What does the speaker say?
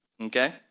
okay